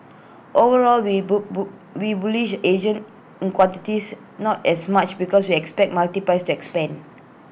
overall we boo boo we bullish Asian in quantities not as much because we expect multiples to expand